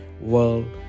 world